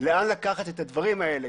לאן לקחת את הדברים האלה,